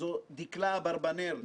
זו דקלה אברבנאל,